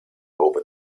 over